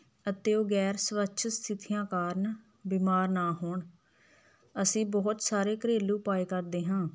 ਅਤੇ ਉਹ ਗੈਰ ਸਵੱਛ ਸਥਿਤੀਆਂ ਕਾਰਨ ਬਿਮਾਰ ਨਾ ਹੋਣ ਅਸੀਂ ਬਹੁਤ ਸਾਰੇ ਘਰੇਲੂ ਉਪਾਏ ਕਰਦੇ ਹਾਂ